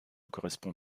correspond